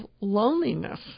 loneliness